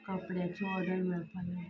कपड्यांची ऑर्डर मेळपाक लागली